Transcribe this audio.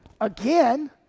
again